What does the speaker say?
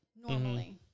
normally